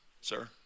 Sir